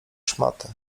szmaty